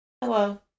hello